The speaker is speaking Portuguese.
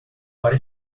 para